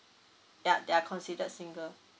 yup they're considered single